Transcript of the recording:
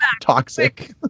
toxic